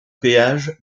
péage